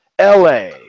LA